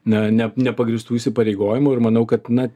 na ne nepagrįstų įsipareigojimų ir manau kad na